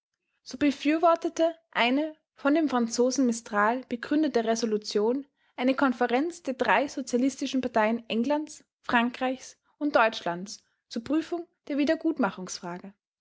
so befürwortete eine von dem franzosen mistral begründete resolution eine konferenz der drei sozialistischen parteien englands frankreichs und deutschlands zur prüfung der